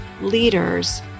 leaders